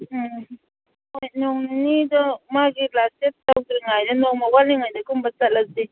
ꯎꯝ ꯍꯣꯏ ꯅꯣꯡ ꯅꯤꯅꯤꯗꯣ ꯃꯥꯒꯤ ꯂꯥꯁ ꯗꯦꯠ ꯌꯧꯗ꯭ꯔꯤꯉꯩꯗ ꯅꯣꯡꯃ ꯋꯥꯠꯂꯤꯉꯩꯗꯒꯨꯝꯕ ꯆꯠꯂꯁꯤ